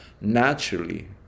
naturally